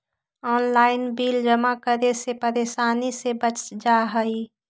Online bill जमा करे से परेशानी से बच जाहई?